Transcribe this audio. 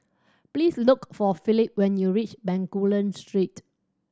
please look for Phillip when you reach Bencoolen Street